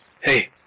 Hey